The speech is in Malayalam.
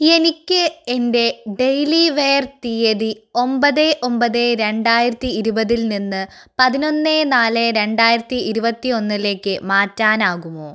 എനിക്ക് എന്റെ ഡെയ്ലി വെയർ തീയതി ഒമ്പത് ഒമ്പത് രണ്ടായിരത്തി ഇരുപതിൽ നിന്ന് പതിനൊന്ന് നാള് രണ്ടായിരത്തി ഇരുപത്തി ഒന്നിലേക്ക് മാറ്റാനാകുമോ